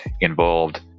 involved